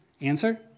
Answer